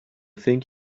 think